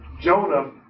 Jonah